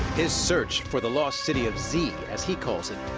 his search for the lost city of z, as he calls it,